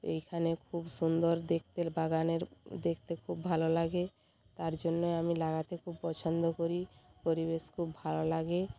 এইখানে খুব সুন্দর দেখতের বাগানের দেখতে খুব ভালো লাগে তার জন্যে আমি লাগাতে খুব পছন্দ করি পরিবেশ খুব ভালো লাগে